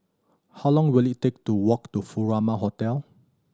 how long will it take to walk to Furama Hotel